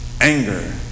anger